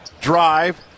drive